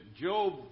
Job